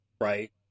right